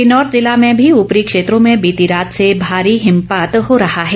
किन्नौर जिला में भी ऊपरी क्षेत्रों में बीती रात से भारी हिमपात हो रहा है